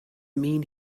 mean